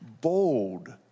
bold